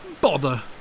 Bother